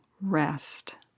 rest